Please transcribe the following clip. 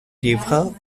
livres